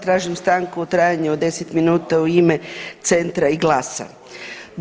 Tražim stanku u trajnu od 10 minuta u ime Centra i GLAS-a.